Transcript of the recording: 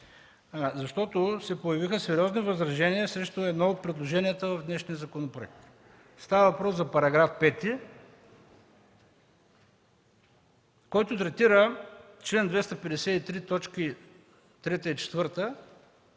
обсъдим. Появиха се сериозни възражения срещу едно от предложенията в днешния законопроект. Става въпрос за § 5, който третира чл. 253, т.